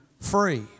free